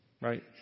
right